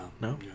No